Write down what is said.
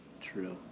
true